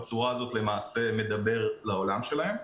בצור הזאת הוא מדבר לעולם שלהם.